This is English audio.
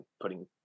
putting